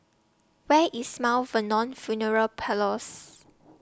Where IS Mount Vernon Funeral Parlours